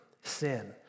sin